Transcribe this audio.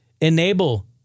Enable